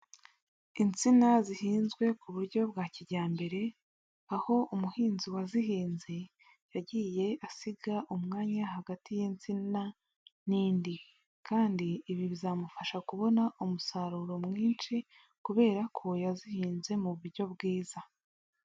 Insina zihinzwe ku buryo bwa kijyambere, aho umuhinzi wazihinze yagiye asiga umwanya hagati y'insina n'indi, kandi ibi bizamufasha kubona umusaruro mwinshi kubera ko yazihinze mu buryo bwiza.